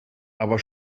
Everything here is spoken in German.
aber